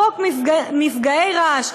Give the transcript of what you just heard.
חוק מפגעי רעש.